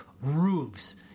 roofs